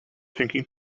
thinking